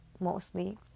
Mostly